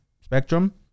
spectrum